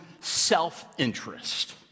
self-interest